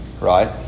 Right